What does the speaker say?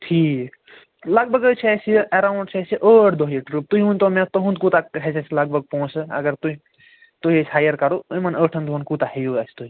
ٹھیٖک لگ بھَگ حظ چھِ اسہِ یہِ ایٚراوُنٛڈ چھِ اسہِ یہِ ٲٹھ دۄہ یہِ ٹٕرٛپ تُہۍ ؤنۍ تو مےٚ تُہنٛد کوٗتاہ کھَژِ اسہِ لگ بھَگ پونٛسہٕ اگر تُہۍ تُہۍ أسۍ ہایر کَرو یِمن ٲٹھن دۄہن کوٗتاہ ہیٚیِو اسہِ تُہۍ